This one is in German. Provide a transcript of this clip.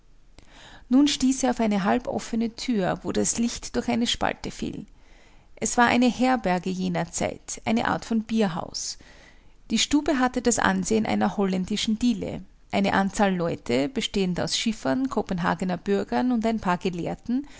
nun stieß er auf eine halb offene thür wo das licht durch eine spalte fiel es war eine herberge jener zeit eine art von bierhaus die stube hatte das ansehen einer holländischen diele eine anzahl leute bestehend aus schiffern kopenhagener bürgern und ein paar gelehrten